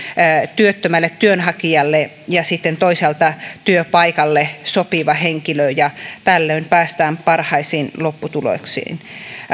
työttömälle työnhakijalle ja sitten toisaalta työpaikalle sopiva henkilö ja tällöin päästään parhaisiin lopputuloksiin